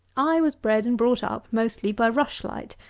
i was bred and brought up mostly by rush-light,